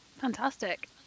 Fantastic